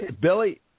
Billy